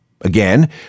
Again